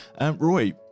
Roy